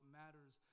matters